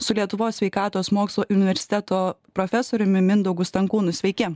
su lietuvos sveikatos mokslų universiteto profesoriumi mindaugu stankūnu sveiki